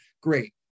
great